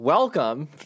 Welcome